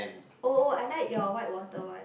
oh oh I like your white water one